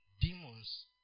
demons